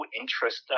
interest